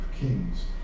kings